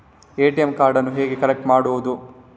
ATM ಕಾರ್ಡನ್ನು ಹೇಗೆ collect ಮಾಡುವುದು?